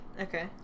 Okay